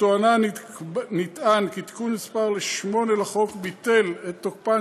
בתובענה נטען כי תיקון מס' 8 לחוק ביטל את תוקפן